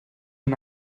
una